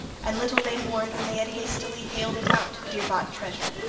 and little they mourned when they had hastily haled it out, dear-bought treasure!